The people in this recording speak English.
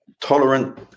tolerant